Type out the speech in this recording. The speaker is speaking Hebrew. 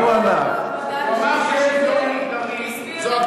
הוא אמר את זה, הוא אמר